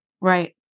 Right